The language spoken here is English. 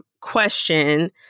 question